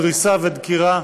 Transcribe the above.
דריסה ודקירה.